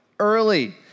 early